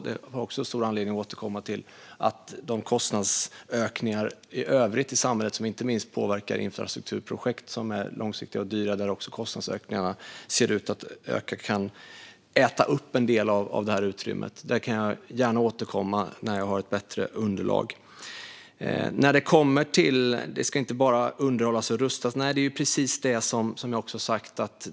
Det kan också vara så att övriga kostnadsökningar i samhället som även påverkar infrastrukturprojekt, som är långsiktiga och dyra, äter upp en del av utrymmet. Det kan jag också gärna återkomma till när jag har ett bättre underlag. Infrastrukturen ska inte bara underhållas och rustas.